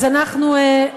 אז אנחנו,